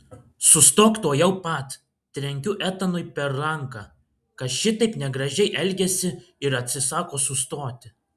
sustok tuojau pat trenkiu etanui per ranką kad šitaip negražiai elgiasi ir atsisako sustoti